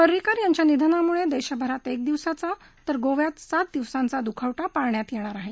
पर्रिकर यांच्या निधनामुळे देशभरात एक दिवसाचा तर गोव्यात सात दिवसांचा दुखवटा पाळण्यात येणार आहे